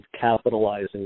capitalizing